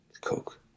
Coke